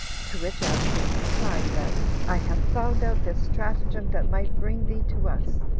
to which absalom replied, that i have found out this stratagem that might bring thee to us,